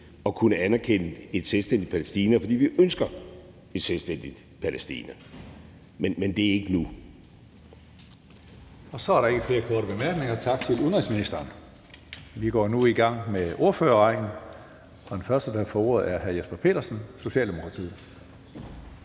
at kunne anerkende et selvstændigt Palæstina, fordi vi ønsker et selvstændigt Palæstina, men at det ikke er nu. Kl. 20:10 Tredje næstformand (Karsten Hønge): Så er der ikke flere korte bemærkninger. Tak til udenrigsministeren. Vi går nu i gang med ordførerrækken, og den første, der får ordet, er hr. Jesper Petersen, Socialdemokratiet.